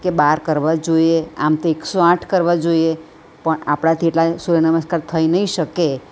કે બાર કરવા જોઈએ આમ તો એકસો આઠ કરવા જોઈએ પણ આપણાથી એટલા સૂર્ય નમસ્કાર થઈ નહીં શકે